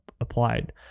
applied